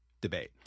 debate